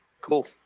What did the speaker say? cool